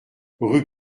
rue